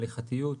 הליכתיות,